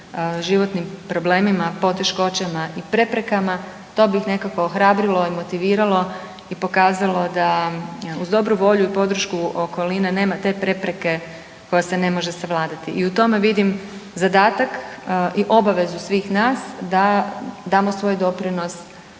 životnim problemima, poteškoćama i preprekama. To bi ih nekako ohrabrilo i motiviralo i pokazalo da uz dobru volju i podršku okoline nema te prepreke koja se ne može savladati i u tome vidim zadatak i obavezu svih nas da damo svoj doprinos